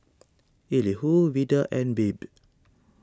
Elihu Vida and Babe